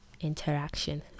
interaction